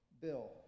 Bill